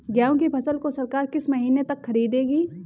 गेहूँ की फसल को सरकार किस महीने तक खरीदेगी?